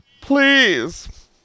Please